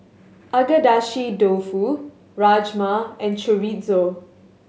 Agedashi Dofu Rajma and Chorizo